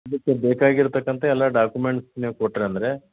ಇದಕ್ಕೆ ಬೇಕಾಗಿರತಕ್ಕಂಥ ಎಲ್ಲ ಡಾಕ್ಯುಮೆಂಟ್ಸ್ ನೀವು ಕೊಟ್ರಿ ಅಂದರೆ